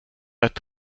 ett